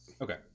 Okay